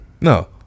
no